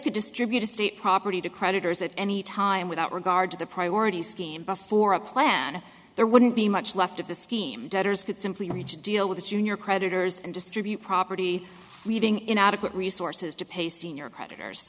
distribute estate property to creditors at any time without regard to the priority scheme before a plan there wouldn't be much left of the scheme debtors could simply reach a deal with the junior creditors and distribute property leaving inadequate resources to pay senior creditors